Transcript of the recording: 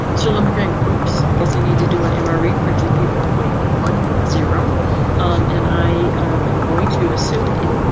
mr lumbering. oops, i guess i need to do an ah mri for gp four point one zero and i am going to assume it.